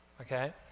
okay